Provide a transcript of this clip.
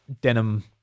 denim